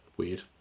weird